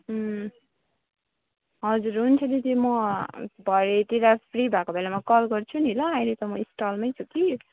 हजुर हुन्छ दिदी म भरेतिर फ्री भएको बेलामा कल गर्छु नि ल अहिले त म स्टलमै छु कि